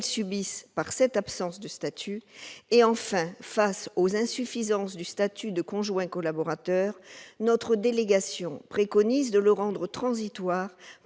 subissent par cette absence de statut ; enfin, face aux insuffisances du statut de conjoint collaborateur, la délégation préconise de le rendre transitoire